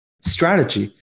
strategy